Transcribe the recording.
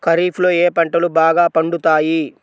ఖరీఫ్లో ఏ పంటలు బాగా పండుతాయి?